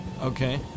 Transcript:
Okay